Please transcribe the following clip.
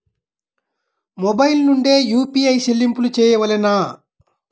Mobile నుండే UPI చెల్లింపులు చేయవలెనా?